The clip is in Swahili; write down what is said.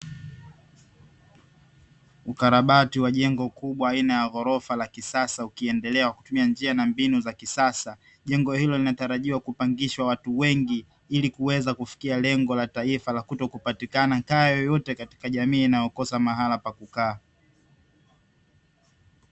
Ukarabati wa jengo kubwa aina ya ghorofa la kisasa ukiendelea ukitumia njia na mbinu za kisasa. Jengo hilo linatarajia kupangisha watu wengi, ili kuweza kufikia lengo la taifa la kutokupatikana kaya yeyote katika jamii inayokosa mahala pa kukaa.